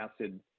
acid